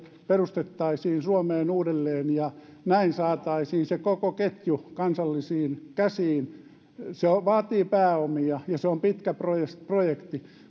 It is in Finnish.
perustettaisiin suomeen uudelleen näin saataisiin se koko ketju kansallisiin käsiin se vaatii pääomia ja se on pitkä projekti projekti